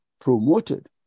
promoted